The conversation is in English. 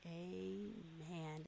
amen